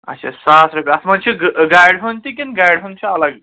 اَچھا ساس رۄپیہِ اَتھ منٛز چھِ گہٕ گاڑِ ہُنٛد تہِ کِنہٕ گاڑِ ہُنٛد چھُ الگ